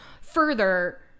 further